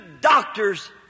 doctors